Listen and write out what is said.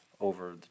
over